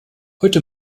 heute